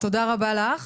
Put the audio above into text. רבה לך.